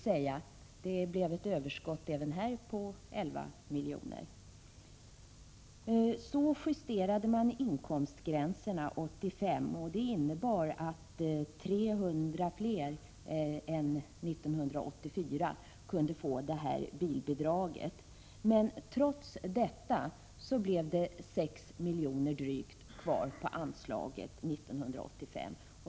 Det blev alltså ett överskott på drygt 11 milj.kr. Inkomstgränserna justerades 1985, och det innebar att 300 fler än 1984 kunde få detta bilbidrag. Trots det blev det drygt 6 milj.kr. kvar av anslaget 1985.